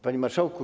Panie Marszałku!